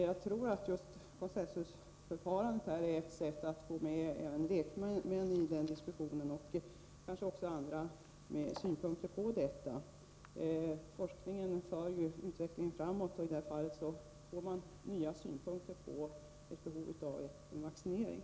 Jag tror att just konsensusförfarandet är ett sätt att få även lekmän att delta i diskussionen och kanske även andra med synpunkter på detta. Forskningen för ju utvecklingen framåt, och i det här fallet får man nya synpunkter på behovet av en vaccinering.